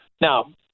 Now